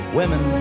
women